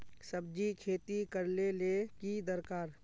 सब्जी खेती करले ले की दरकार?